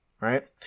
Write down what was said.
Right